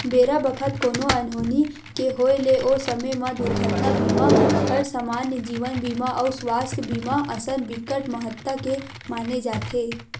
बेरा बखत कोनो अनहोनी के होय ले ओ समे म दुरघटना बीमा हर समान्य जीवन बीमा अउ सुवास्थ बीमा असन बिकट महत्ता के माने जाथे